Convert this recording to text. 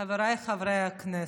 חבריי חברי הכנסת,